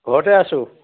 ঘৰতে আছো